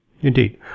Indeed